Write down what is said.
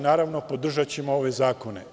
Naravno, podržaćemo ove zakone.